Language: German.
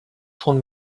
von